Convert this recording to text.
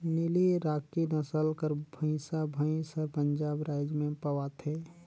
नीली राकी नसल कर भंइसा भंइस हर पंजाब राएज में पवाथे